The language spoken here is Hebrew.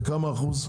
בכמה אחוז?